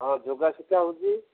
ହଁ ଯୋଗ ଶିଖିଆ ହେଉଛି